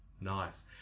Nice